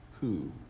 Who